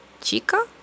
chica